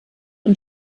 und